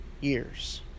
years